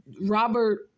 Robert